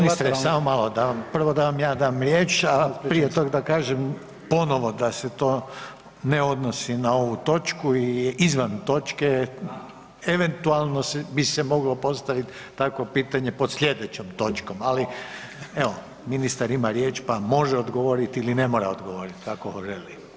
Ministre, samo malo da vam prvo ja dam riječ a prije tog da kažem ponovno da se to ne odnosi na ovu točku i izvan točke, eventualno se, bi se moglo postavit takvo pitanje pod slijedećom točkom, ali evo ministar ima riječ, pa može odgovorit ili ne mora odgovorit kako želi.